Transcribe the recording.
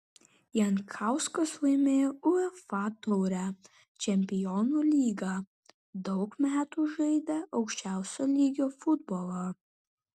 jankauskas laimėjo uefa taurę čempionų lygą daug metų žaidė aukščiausio lygio futbolą